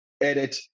edit